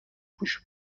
پوش